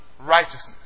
righteousness